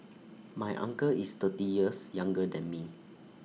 my uncle is thirty years younger than me